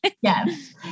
Yes